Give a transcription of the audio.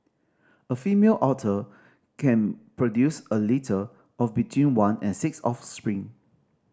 a female otter can produce a litter of between one and six offspring